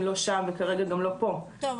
לא שם וכרגע גם לא כאן.